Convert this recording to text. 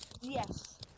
Yes